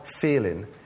feeling